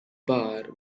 bar